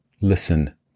Listen